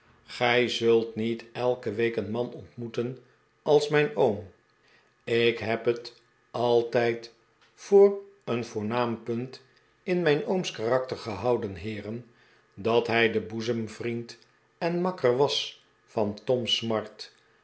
gij zult niet elke week een man ontmoeten als mijn oom ik heb het altijd voor een voornaam punt in mijn ooms karakter gehouden heeren dat hij de boezemvriend en makker was van tom smart